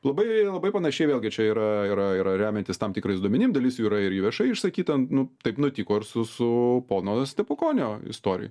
labai labai panašiai vėlgi čia yra yra yra remiantis tam tikrais duomenim dalis jų yra ir viešai išsakyta nu taip nutiko ir su su pono stepukonio istorija